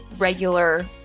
regular